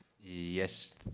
Yes